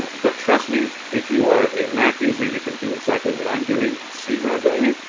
but trust me, if you are a mac user, you can do exactly what i'm doing and see what i'm doing it.